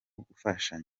gufashanya